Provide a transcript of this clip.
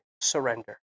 surrender